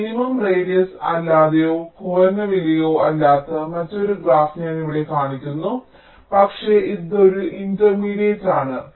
അതിനാൽ minimum radius അല്ലാത്തതോ കുറഞ്ഞ വിലയോ അല്ലാത്ത മറ്റൊരു ഗ്രാഫ് ഞാൻ ഇവിടെ കാണിക്കുന്നു പക്ഷേ ഇത് ഒരു ഇന്റർമീഡിയറ്റ് ആണ്